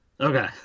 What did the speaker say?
Okay